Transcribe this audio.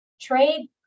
trade